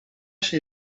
się